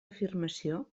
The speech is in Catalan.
afirmació